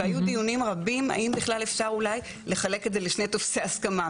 והיו דיונים רבים האם בכלל אפשר אולי לחלק את זה לשני טופסי הסכמה.